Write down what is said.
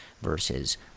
versus